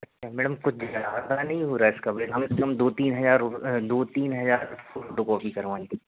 अच्छा मैडम कुछ ज़्यादा नहीं हो रहा इसका बजट हमें तो कम दो तीन हज़ार दो तीन हज़ार फ़ोटोकॉपी करवानी थी